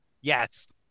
Yes